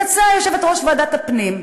יצאה יושבת-ראש ועדת הפנים,